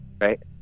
Right